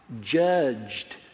judged